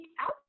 out